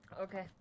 Okay